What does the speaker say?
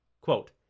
quote